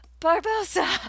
Barbosa